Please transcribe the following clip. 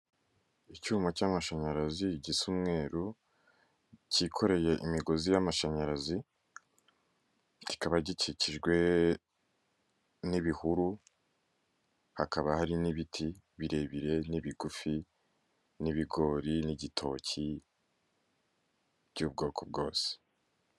Icyuma cy'amashanyarazi gisa umweru cyikoreye imigozi y'amashanyarazi, kikaba gikikijwe n'ibihuru hakaba hari n'ibiti birebire n'ibigufi n'ibigori n'igitoki by'ubwoko bwose.